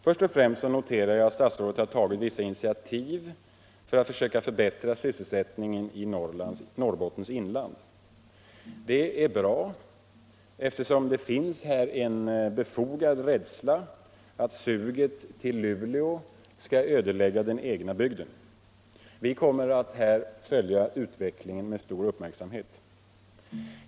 Först och främst noterar jag att statsrådet har tagit vissa initiativ för att försöka förbättra sysselsättningen i Norrbottens inland. Det är bra, eftersom det här finns en befogad rädsla att suget till Luleå skall ödelägga den egna bygden. Vi kommer att följa utvecklingen med stor uppmärksamhet.